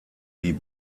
die